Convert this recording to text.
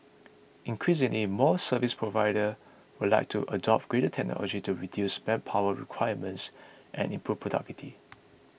increasingly more service provider would like to adopt greater technology to reduce manpower requirements and improve productivity